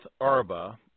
Arba